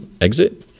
exit